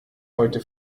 heute